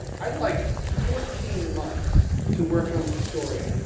i'd like fourteen months to work on a story,